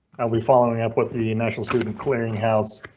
we following up with the national student clearinghouse?